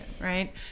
right